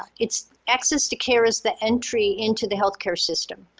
it's access to care is the entry into the healthcare system.